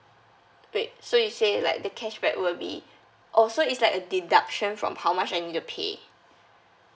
wait so you say like the cashback will be oh so it's like a deduction from how much I need to pay